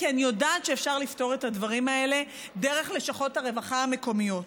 כי אני יודעת שאפשר לפתור את הדברים האלה דרך לשכות הרווחה המקומיות.